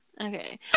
Okay